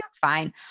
fine